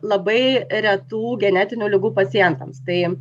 labai retų genetinių ligų pacientams tai